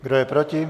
Kdo je proti?